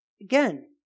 Again